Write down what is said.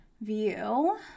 view